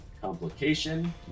complication